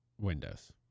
Windows